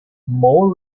more